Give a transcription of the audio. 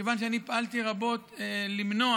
שכיוון שאני פעלתי רבות למנוע